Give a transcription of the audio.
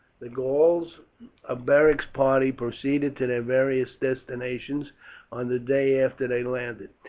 the gauls of beric's party proceeded to their various destinations on the day after they landed,